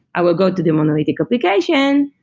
i will go to the monolithic application,